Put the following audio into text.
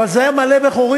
אבל זה היה מלא בחורים.